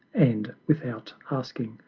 and, without asking,